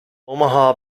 omaha